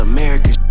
American